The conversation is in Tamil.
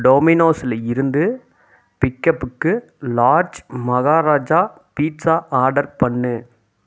டோமினோஸில் இருந்து பிக்கப்புக்கு லார்ஜ் மகாராஜா பீட்சா ஆர்டர் பண்ணு